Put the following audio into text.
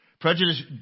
Prejudice